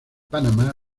panamá